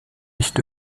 nicht